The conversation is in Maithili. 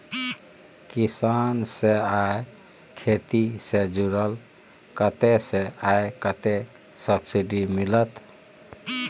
किसान से आ खेती से जुरल कतय से आ कतेक सबसिडी मिलत?